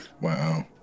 Wow